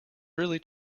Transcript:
really